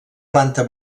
planta